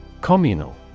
Communal